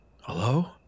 Hello